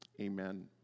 Amen